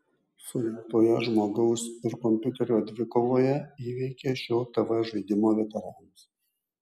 surengtoje žmogaus ir kompiuterio dvikovoje įveikė šio tv žaidimo veteranus